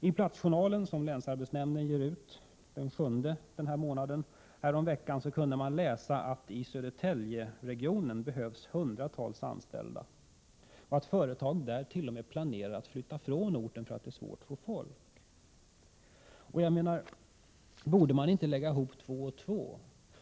I Platsjournalen, som länsarbetsnämnden ger ut, kunde man häromveckan läsa att i Södertäljeregionen behövs hundratals anställda och att företag där t.o.m. planerar att flytta från orten för att det är svårt att få folk. Borde man inte lägga ihop två och två?